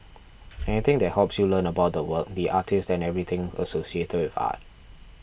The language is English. anything that helps you learn about the work the artist and everything associated with art